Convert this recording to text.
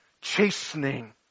chastening